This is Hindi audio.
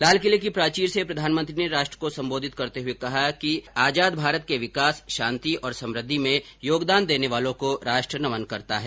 लाल किले की प्राचीर से प्रधानमंत्री ने राष्ट्र को सम्बोधित करते हुए कहा कि आजाद भारत के विकास शांति और समृद्धि में योगदान देने वालों को राष्ट्र नमन करता है